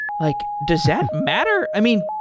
like does that matter? i mean,